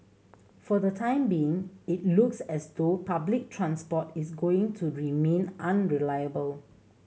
for the time being it looks as though public transport is going to remain unreliable